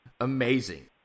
amazing